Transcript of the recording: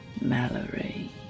Mallory